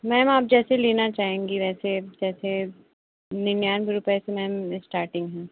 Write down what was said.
ma'am आप जैसे लेना चाहेंगी वैसे जैसे निन्यानवे रुपये से मैम इस्टार्टिंग है